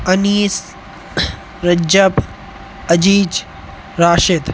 Anees Rajab Aziz Rashid